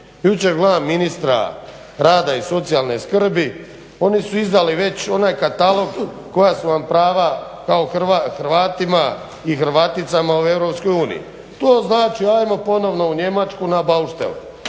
Jučer gledam ministra rada i socijalne skrbi oni su izdali već onaj katalog koja su vam prava kao Hrvatima i Hrvaticama u EU. To znači hajmo ponovno u Njemačku na bauštelu.